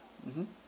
mmhmm